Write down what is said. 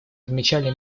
отмечали